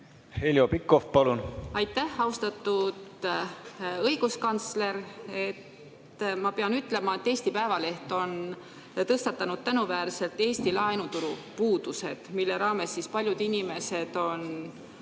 Heljo Pikhof, palun! Aitäh, austatud õiguskantsler! Ma pean ütlema, et Eesti Päevaleht on tõstatanud tänuväärselt Eesti laenuturu puudused, mille tõttu paljud inimesed on